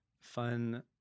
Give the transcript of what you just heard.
fun